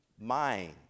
mind